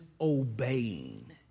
obeying